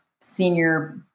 senior